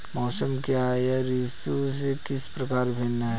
मौसम क्या है यह ऋतु से किस प्रकार भिन्न है?